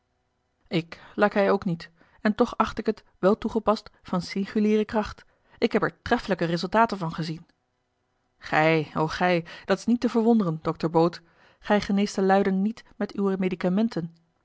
ik lacij ook niet en toch acht ik het wel toegepast van singuliere kracht ik heb er treffelijke resultaten van gezien gij o gij dat is niet te verwonderen dokter boot gij geneest de luiden niet met uwe medicamenten